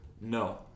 No